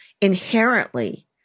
inherently